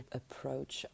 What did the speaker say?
approach